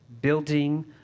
building